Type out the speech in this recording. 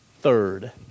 Third